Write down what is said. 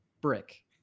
Brick